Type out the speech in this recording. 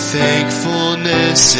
thankfulness